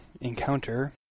encounter